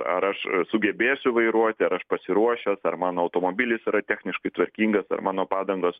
ar aš sugebėsiu vairuoti ar aš pasiruošęs ar mano automobilis yra techniškai tvarkingas ar mano padangos